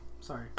Sorry